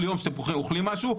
כל יום שאתם אוכלים משהו,